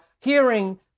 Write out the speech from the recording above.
hearing